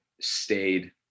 stayed